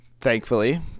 thankfully